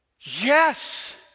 Yes